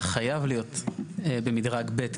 אתה חייב להיות במדרג ב'.